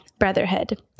brotherhood